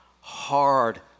hard